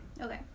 Okay